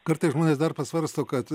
kartais žmonės dar pasvarsto kad